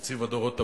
נציב הדורות הבאים,